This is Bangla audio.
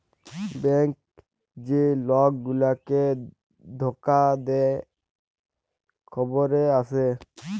ব্যংক যে লক গুলাকে ধকা দে খবরে আসে